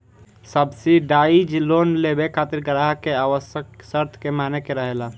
subsidise loan लेबे खातिर ग्राहक के आवश्यक शर्त के माने के रहेला